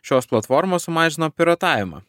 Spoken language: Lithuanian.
šios platformos sumažino piratavimą